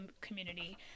community